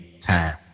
time